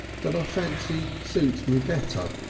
that i fancy suits me better.